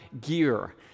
gear